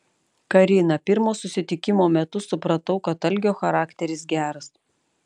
karina pirmo susitikimo metu supratau kad algio charakteris geras